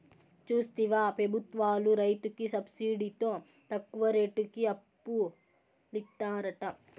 చూస్తివా పెబుత్వాలు రైతులకి సబ్సిడితో తక్కువ రేటుకి అప్పులిత్తారట